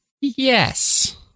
Yes